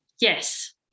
yes